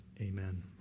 amen